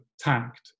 tact